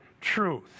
truth